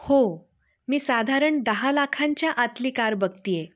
हो मी साधारण दहा लाखांच्या आतली कार बघते आहे